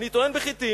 אני טוען בחיטים